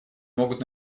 могут